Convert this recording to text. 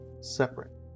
separate